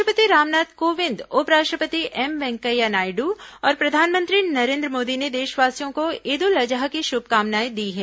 राष्ट्रपति रामनाथ कोविंद उपराष्ट्रपति एम वेंकैया नायड़ और प्रधानमंत्री नरेंद्र मोदी ने देशवासियों को ईद उल अजहा की शुभकामनाएं दी हैं